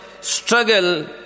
struggle